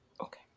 Okay